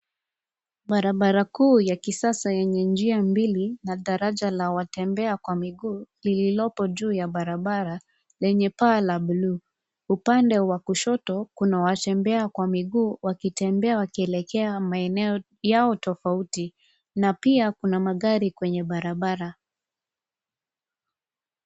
Barabara kuu ya kisasa yenye njia mbili na daraja la watembea kwa miguu lilipo juu ya barabara, lenye paa la bluu. Upande wa kushoto kuna watembea kwa miguu wakitembea wakielekea maeneo yao tofauti, na pia kuna magari kwenye barabara.